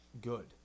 good